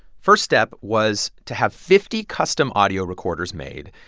first step was to have fifty custom audio recorders made,